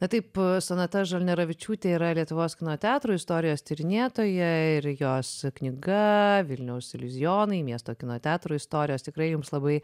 na taip sonata žalneravičiūtė yra lietuvos kino teatrų istorijos tyrinėtoja ir jos knyga vilniaus iliuzijonai miesto kino teatrų istorijos tikrai jums labai